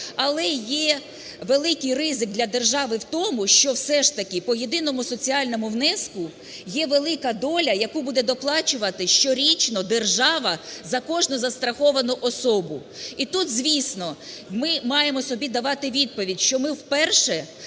Але є великий ризик для держави в тому, що все ж таки по єдиному соціальному внеску є велика доля, яку буде доплачуватиме щорічно держава за кожну застраховану особу. І тут, звісно, ми маємо давати собі відповідь, що ми вперше